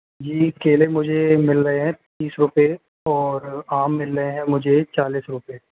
यह केले मुझे मिल रहे हैं तीस रूपए और आम मुझे मिल रहे हैं चालीस रूपए